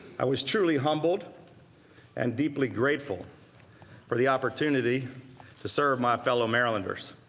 i was truly humbled and deeply grateful for the opportunity to serve my fellow marylanders.